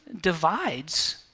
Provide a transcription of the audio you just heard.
divides